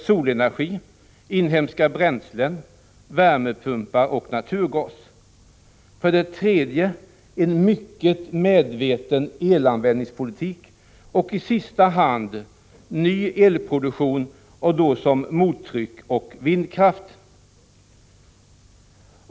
solenergi, inhemska bränslen, värmepumpar och naturgas, för det tredje en mycket medveten elanvändningspolitik och i sista hand ny elproduktion, som mottryckskraft och vindkraft.